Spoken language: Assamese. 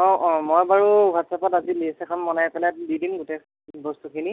অঁ অঁ মই বাৰু হোৱাটছএপত আজি লিষ্ট এখন বনাই পেলাই দি দিম গোটেই বস্তুখিনি